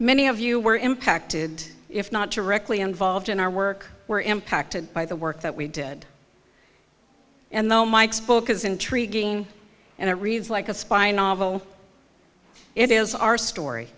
many of you were impacted if not directly involved in our work were impacted by the work that we did and though mike's book is intriguing and it reads like a spy novel it is our story